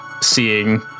seeing